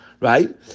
Right